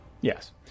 Yes